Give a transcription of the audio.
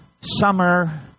summer